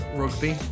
rugby